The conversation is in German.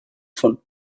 vom